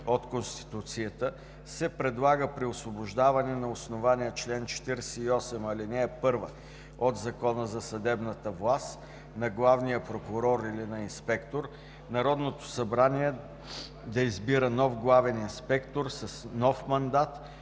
от Конституцията се предлага при освобождаване на основание чл. 48, ал. 1 от Закона за съдебната власт на главния инспектор или на инспектор, Народното събрание да избира нов главен инспектор с нов мандат